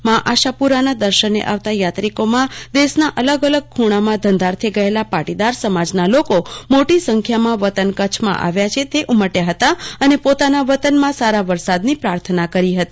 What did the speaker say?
માં આશાપુરાના દર્શને આવતા યાત્રિકોમાં દેશના અલગ અલગ ખૂણે ધંધાર્થે ગયેલા પાટીદાર સમાજના લોકો મોઈરી સંખ્યામાં વતન કચ્છમાં આવ્યા છે તે ઉમટ્યા હતા અને પોતાના વતનમાં સારા વરસાદની પ્રાર્થના કરી હતી